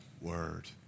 word